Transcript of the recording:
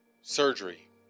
surgery